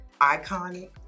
iconic